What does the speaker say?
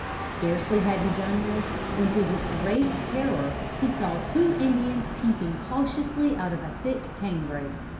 scarcely had he done this, when to his great terror he saw two indians peeping cautiously out of a thick canebrake.